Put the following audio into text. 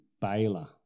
baler